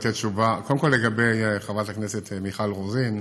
קודם כול, לגבי חברת הכנסת מיכל רוזין,